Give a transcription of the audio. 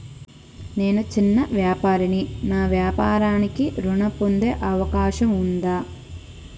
నేను చిన్న వ్యాపారిని నా వ్యాపారానికి ఋణం పొందే అవకాశం ఉందా?